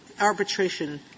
arbitration